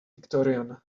victorian